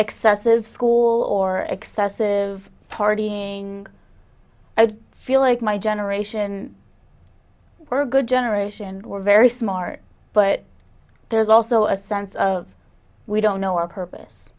excessive school or excessive partying i don't feel like my generation we're good generation and we're very smart but there's also a sense of we don't know our purpose